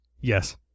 Yes